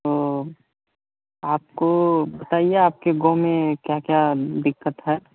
तो आपको बताइए आपके गाँव में क्या क्या दिक्कतें हैं